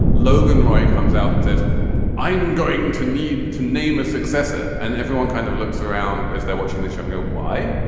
logan roy comes out and says i'm going to need to name a successor. and everyone kind of looks around as they're watching the show. why.